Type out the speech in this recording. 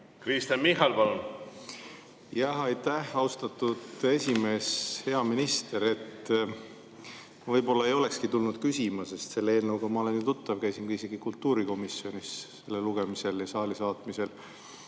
Kristen Michal, palun! Aitäh, austatud esimees! Hea minister! Võib-olla ma ei olekski hakanud küsima, sest selle eelnõuga ma olen tuttav, käisin isegi kultuurikomisjonis enne seda lugemist ja saali saatmist.